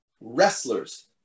wrestlers